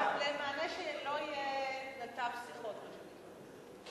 שלא יהיה נתב שיחות במענה.